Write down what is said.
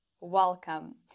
Welcome